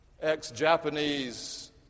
ex-Japanese